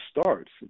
starts